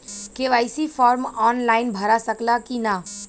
KYC form online भरा सकला की ना?